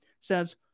says